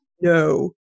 no